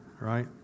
Right